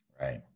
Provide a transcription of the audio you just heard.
Right